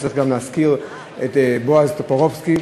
וצריך גם להזכיר את בועז טופורובסקי,